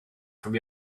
from